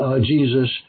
Jesus